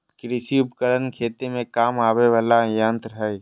कृषि उपकरण खेती में काम आवय वला यंत्र हई